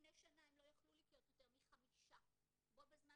לפני שנה הם לא יכלו לקלוט יותר מחמישה בו בזמן